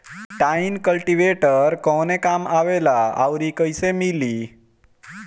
Tine cultivator कवने काम आवेला आउर इ कैसे मिली?